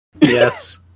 Yes